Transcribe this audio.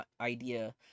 idea